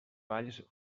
valls